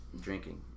drinking